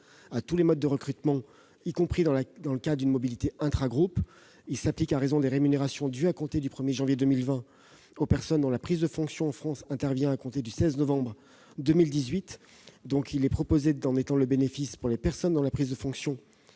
à tous les modes de recrutement, y compris dans le cadre d'une mobilité intragroupe. Ce régime s'applique à raison des rémunérations dues à compter du 1 janvier 2020 aux personnes dont la prise de fonctions en France intervient à compter du 16 novembre 2018. Il est proposé d'en étendre le bénéfice, pour les personnes dont la prise de fonctions